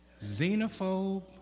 xenophobe